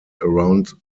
around